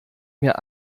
mir